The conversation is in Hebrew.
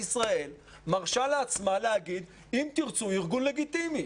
מרשה לעצמה להגיד ש"אם תרצו" הוא ארגון לגיטימי.